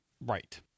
Right